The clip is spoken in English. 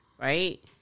Right